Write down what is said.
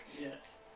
yes